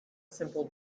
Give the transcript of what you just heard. simple